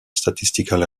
statistical